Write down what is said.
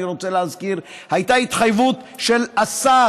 אני רוצה להזכיר, הייתה התחייבות של השר,